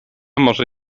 może